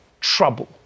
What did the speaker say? trouble